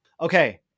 Okay